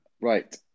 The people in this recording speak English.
Right